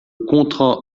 contrat